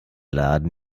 laden